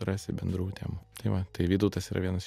rasi bendrų temų tai va tai vytautas yra vienas